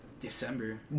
December